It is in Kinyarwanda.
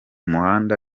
muhanda